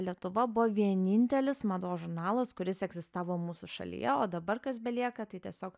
lietuva buvo vienintelis mados žurnalas kuris egzistavo mūsų šalyje o dabar kas belieka tai tiesiog